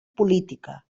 política